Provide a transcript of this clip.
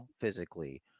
physically